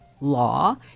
law